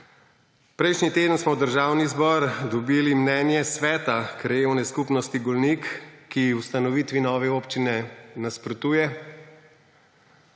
Prejšnji teden smo v Državni zbor dobili mnenje sveta Krajevne skupnosti Golnik, ki ustanovitvi nove občine nasprotuje.